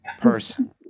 person